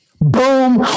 Boom